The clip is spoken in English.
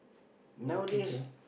nowadays